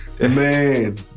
Man